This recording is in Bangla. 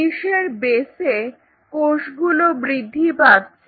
ডিশের বেসে কোষগুলো বৃদ্ধি পাচ্ছে